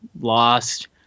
Lost